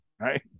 right